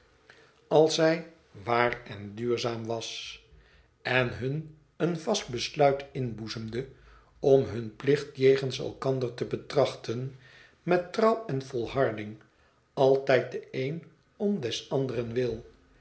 als zij waar en duurzaam was en hun een vast besluit inboezemde om hun plicht jegens elkander te betrachten met trouw en volharding altijd de een om des anderen wil